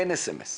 אין סמס.